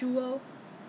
err 好像